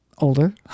Older